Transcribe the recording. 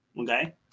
Okay